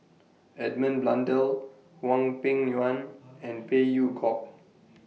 Edmund Blundell Hwang Peng Yuan and Phey Yew Kok